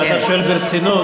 אם אתה שואל ברצינות.